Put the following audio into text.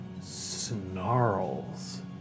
snarls